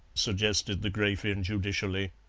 suggested the grafin judicially.